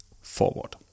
forward